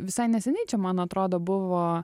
visai neseniai čia man atrodo buvo